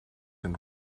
and